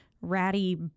ratty